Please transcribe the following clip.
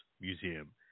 Museum